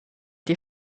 die